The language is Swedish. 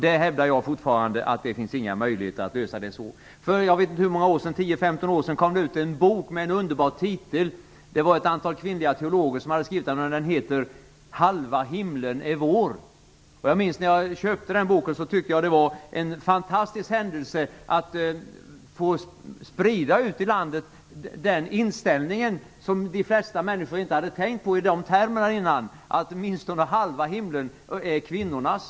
Jag hävdar fortfarande att det inte finns några möjligheter att lösa det så. För 10-15 år sedan kom det ut en bok med en underbar titel. Det var ett antal kvinnliga teologer som hade skrivit den, och den hette Halva himlen är vår. Jag minns att jag, när jag köpte boken, tyckte att det var fantastiskt att få sprida den inställning som fanns i boken ute i landet. De flesta människor hade inte tänkt på saken i de termerna förut, dvs. att åtminstone halva himlen är kvinnornas.